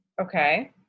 Okay